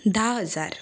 धा हजार